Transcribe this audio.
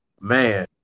man